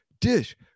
dish